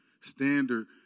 standard